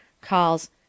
calls